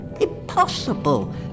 Impossible